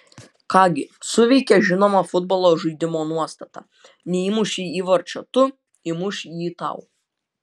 ką gi suveikė žinoma futbolo žaidimo nuostata neįmušei įvarčio tu įmuš jį tau